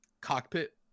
cockpit